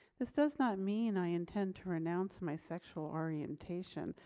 this does not mean i intend to renounce my sexual orientation,